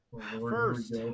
First